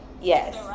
Yes